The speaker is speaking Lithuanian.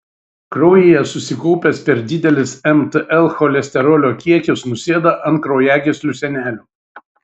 kraujyje susikaupęs per didelis mtl cholesterolio kiekis nusėda ant kraujagyslių sienelių